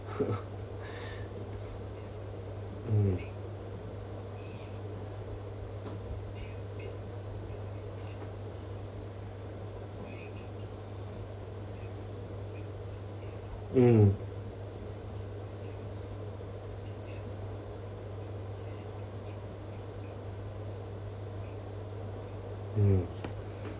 mm mm mm